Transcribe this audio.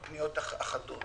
או פניות אחדות.